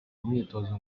umwitozo